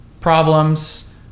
problems